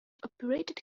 operated